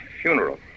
funeral